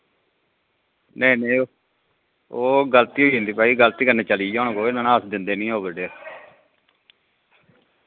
नेईं नेईं ओ गल्ती होई जंदी भाई गल्ती कन्नै चलिया होना कोई नेईं तां अस दिंदे नि ओवरडेट